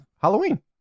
Halloween